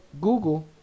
Google